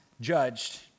judged